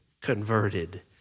converted